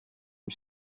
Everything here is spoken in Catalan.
amb